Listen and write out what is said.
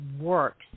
works